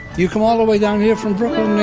you come all the way down here from brooklyn,